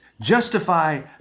Justify